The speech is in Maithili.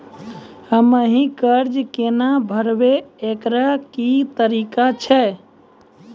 हम्मय कर्जा केना भरबै, एकरऽ की तरीका छै?